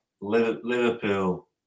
Liverpool